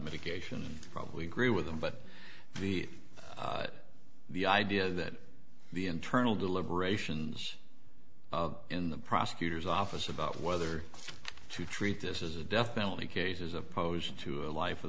mitigation probably agree with them but the the idea that the internal deliberations in the prosecutor's office about whether to treat this is a death penalty case is opposed to a life